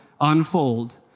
unfold